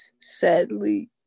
sadly